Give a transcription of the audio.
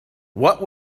what